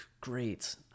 great